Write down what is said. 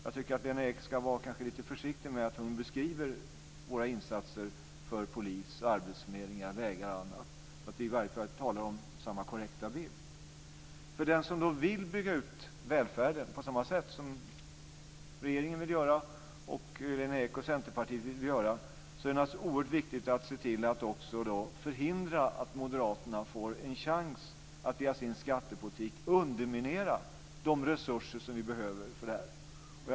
Jag tycker kanske att Lena Ek ska vara lite försiktig när hon beskriver våra insatser när det gäller polis, arbetsförmedlingar, vägar och annat, så att vi i alla fall talar om samma korrekta bild. För den som då vill bygga ut välfärden på samma sätt som regeringen och Lena Ek och Centerpartiet vill göra är det naturligtvis oerhört viktigt att se till att förhindra att moderaterna får en chans att via sin skattepolitik underminera de resurser som vi behöver för det här.